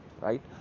right